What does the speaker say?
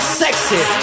sexy